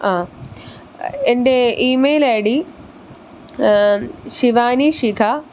ആ എന്റെ email I D Shivani Shikha